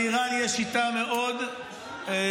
לאיראן יש שיטה מאוד מתוחכמת,